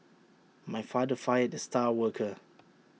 my father fired the star worker